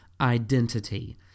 identity